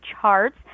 charts